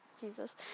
Jesus